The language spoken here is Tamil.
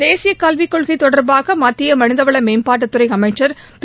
தேசிய கல்விக் கொள்கை தொடர்பாக மத்திய மனிதவள மேம்பாட்டுத் துறை அமைச்சர் திரு